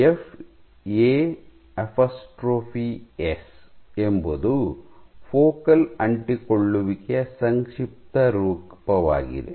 FAs FA′s ಎಂಬುದು focal ಅಂಟಿಕೊಳ್ಳುವಿಕೆಯ ಸಂಕ್ಷಿಪ್ತ ರೂಪವಾಗಿದೆ